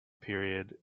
period